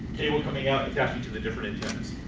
cables coming out attachment to the different antennas.